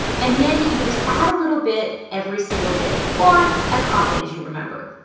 and then you just add a little bit every single day or as often as you remember.